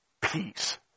peace